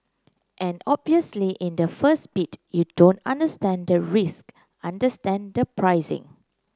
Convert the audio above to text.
and obviously in the first bid you don't understand the risk understand the pricing